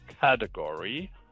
category